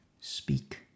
speak